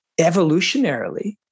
evolutionarily